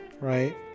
right